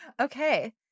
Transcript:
Okay